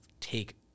take